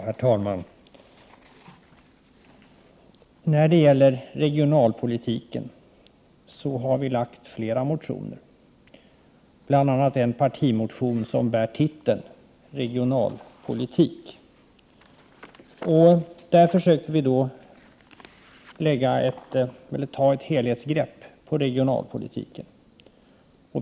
Herr talman! När det gäller regionalpolitiken har vi lagt fram flera motioner, bl.a. en partimotion som bär titeln Regionalpolitik. Där försöker vi ta ett helhetsgrepp på regionalpolitiken.